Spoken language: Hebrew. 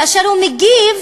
כאשר הוא מגיב,